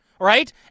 right